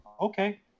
okay